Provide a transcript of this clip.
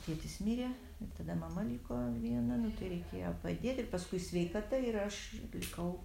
tėtis mirė tada mama liko viena nu tai reikėjo padėt ir paskui sveikata ir aš likau